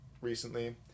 recently